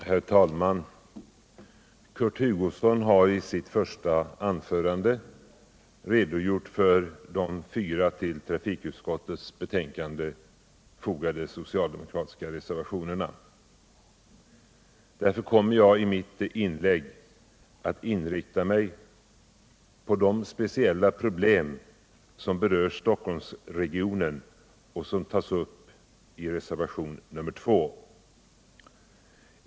Herr talman! Kurt Hugosson har i sitt första anförande redogjort för de fyra till trafikutskottets betänkande fogade socialdemokratiska reservationerna. Därför kommer jag i mitt inlägg att inrikta mig på de speciella problem som berör Stockholmsregionen och som tas upp i reservation nr 2.